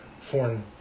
foreign